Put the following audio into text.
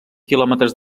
quilòmetres